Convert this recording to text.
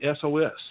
SOS